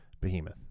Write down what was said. behemoth